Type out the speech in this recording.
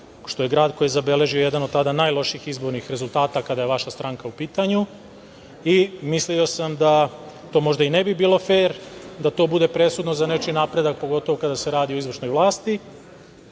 što je grad koji je zabeležio jedan od tada najlošijih izbornih rezultata, kada je vaša stranka u pitanju, i mislio sam da to možda i ne bi bilo fer da to bude presudno za nečiji napredak, pogotovo kada se radi o izvršnoj vlasti,